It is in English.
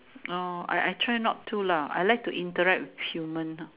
no I I try not to lah I like to interact with human ah